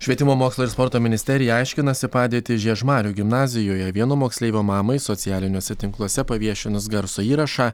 švietimo mokslo ir sporto ministerija aiškinasi padėtį žiežmarių gimnazijoje vieno moksleivio mamai socialiniuose tinkluose paviešinus garso įrašą